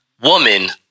woman